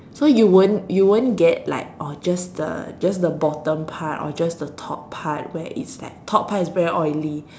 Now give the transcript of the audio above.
so you won't you won't get like or just the just the bottom part or just the top part where it's like top part is very oily